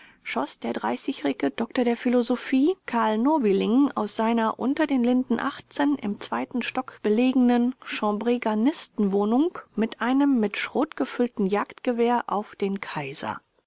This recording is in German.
schoß der dreißigjährige dr phil karl nobiling aus seiner unter den linden im zweiten stock belegenen chambregarnistenwohnung wohnung mit einem mit schrot gefüllten jagdgewehr auf den kaiser